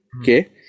okay